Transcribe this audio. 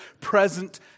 present